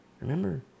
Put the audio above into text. Remember